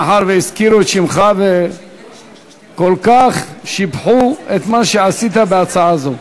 מאחר שהזכירו את שמך וכל כך שיבחו את מה שעשית בהצעה זו,